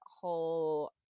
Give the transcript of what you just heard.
whole